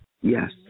Yes